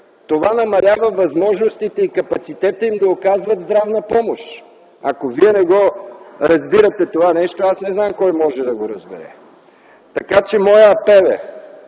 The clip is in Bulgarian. това намалява възможностите и капацитета им да оказват здравна помощ. Ако Вие не разбирате това нещо, аз не знам кой може да го разбере. Така че моят